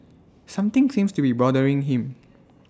something seems to be bothering him